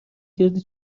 کردی